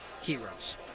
heroes